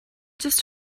just